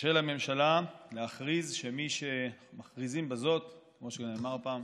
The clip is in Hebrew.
של הממשלה להכריז, "מכריזים בזאת", כמו שנאמר פעם,